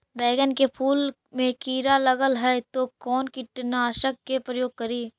बैगन के फुल मे कीड़ा लगल है तो कौन कीटनाशक के प्रयोग करि?